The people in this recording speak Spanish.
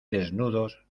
desnudos